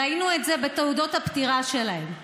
ראינו את זה בתעודות הפטירה שלהם.